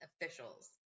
officials